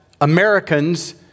Americans